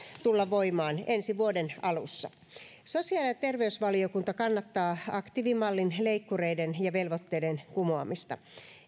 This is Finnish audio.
tulla voimaan ensi vuoden alussa sosiaali ja terveysvaliokunta kannattaa aktiivimallin leikkureiden ja velvoitteiden kumoamista